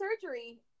surgery